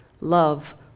love